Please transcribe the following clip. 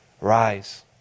Rise